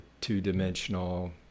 two-dimensional